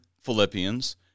Philippians